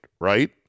right